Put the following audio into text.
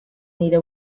nire